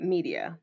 Media